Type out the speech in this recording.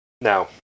Now